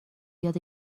یاد